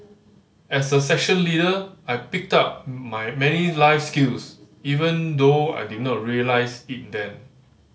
as a section leader I picked up my many life skills even though I did not realise it then